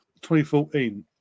2014